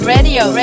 Radio